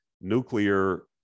nuclear